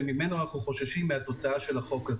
ואנחנו חוששים מהתוצאה של החוק הזה.